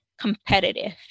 competitive